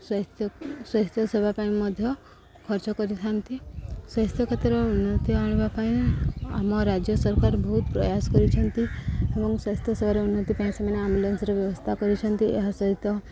ସ୍ୱାସ୍ଥ୍ୟ ସ୍ୱାସ୍ଥ୍ୟ ସେବା ପାଇଁ ମଧ୍ୟ ଖର୍ଚ୍ଚ କରିଥାନ୍ତି ସ୍ୱାସ୍ଥ୍ୟ କ୍ଷେତ୍ରରେ ଉନ୍ନତି ଆଣବା ପାଇଁ ଆମ ରାଜ୍ୟ ସରକାର ବହୁତ ପ୍ରୟାସ କରିଛନ୍ତି ଏବଂ ସ୍ୱାସ୍ଥ୍ୟ ସେବାର ଉନ୍ନତି ପାଇଁ ସେମାନେ ଆମ୍ବୁଲାନ୍ସର ବ୍ୟବସ୍ଥା କରିଛନ୍ତି ଏହା ସହିତ